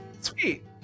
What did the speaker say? Sweet